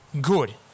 good